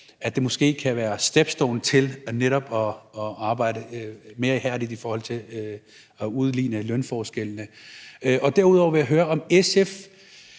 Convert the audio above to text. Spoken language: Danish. at det måske kan være en stepping stone til netop at arbejde mere ihærdigt i forhold til at udligne lønforskellene? Derudover vil jeg høre, om SF